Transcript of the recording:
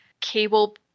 cable